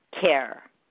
care